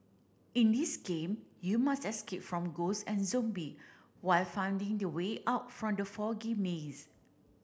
in this game you must escape from ghost and zombie while finding the way out from the foggy maze